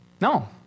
No